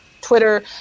Twitter